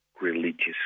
religious